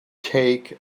take